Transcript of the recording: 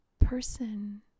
person